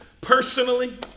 personally